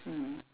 mm